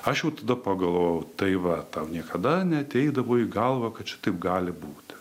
aš jau tada pagalvojau tai va tau niekada neateidavo į galvą kad šitaip gali būti